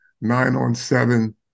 nine-on-seven